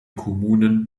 kommunen